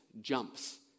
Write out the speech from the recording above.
jumps